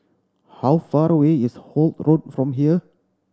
how far away is Holt Road from here